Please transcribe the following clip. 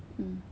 mm